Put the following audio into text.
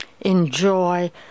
enjoy